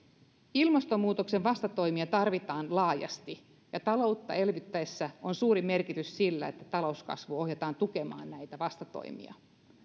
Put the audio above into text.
ilmastonmuutoksen vastatoimia tarvitaan laajasti ja taloutta elvytettäessä on suuri merkitys sillä että talouskasvu ohjataan tukemaan näitä vastatoimia